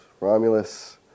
Romulus